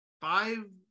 five